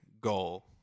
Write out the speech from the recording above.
goal